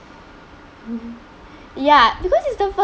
mmhmm ya because it's the first